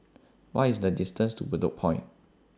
What IS The distance to Bedok Point